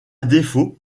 défaut